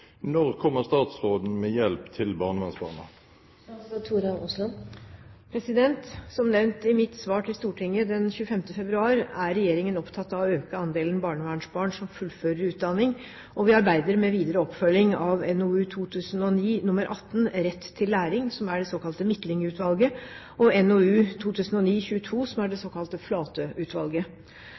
Når kommer statsråden med hjelp til barnehjemsbarna?» Som nevnt i mitt svar til Stortinget den 25. februar, er regjeringen opptatt av å øke andelen barnevernsbarn som fullfører utdanning, og vi arbeider med videre oppfølging av NOU 2009:18, Rett til læring, som er det såkalte Midtlyng-utvalget, og NOU 2009:22, som er det såkalte